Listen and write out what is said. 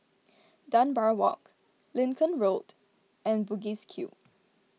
Dunbar Walk Lincoln Road and Bugis Cube